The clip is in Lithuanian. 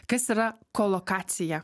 kas yra kolokacija